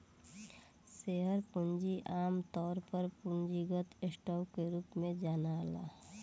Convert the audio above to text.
share पूंजी आमतौर पर पूंजीगत स्टॉक के रूप में जनाला